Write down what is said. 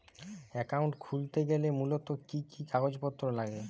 Account খুলতে গেলে মূলত কি কি কাগজপত্র লাগে?